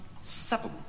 seven